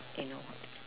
eh no